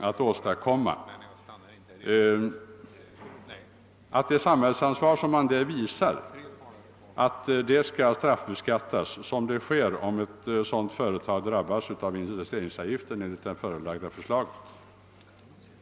Anser finansministern att det samhällsansvar som visas av en organisation, vilken bedriver ideellt ungdomsarbete, skall straffbeskattas på det sätt som enligt det framlagda förslaget investeringsavgiften kommer att medföra?